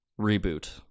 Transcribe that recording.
reboot